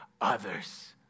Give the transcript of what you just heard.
others